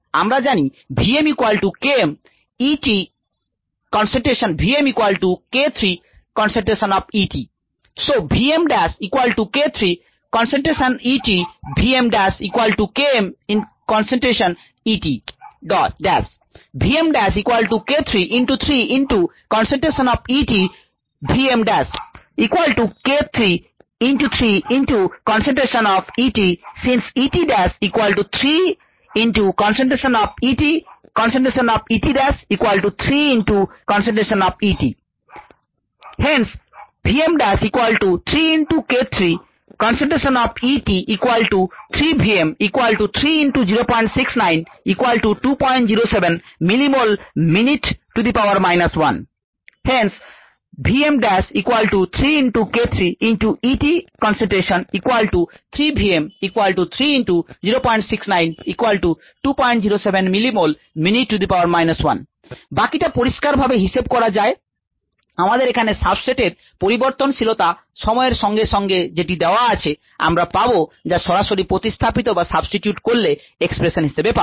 আমরা জানি So since বাকিটা পরিষ্কারভাবে হিসেব করা যায় আমাদের এখানে সাবস্ট্রেট এর পরিবর্তনশীলতা সময়ের সঙ্গে সঙ্গে যেটি দেওয়া আছে আমরা পাব যা সরাসরি প্রতিস্থাপিত করলে এক্সপ্রেশন হিসেবে পাবো